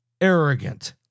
arrogant